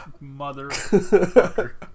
mother